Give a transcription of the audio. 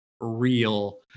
real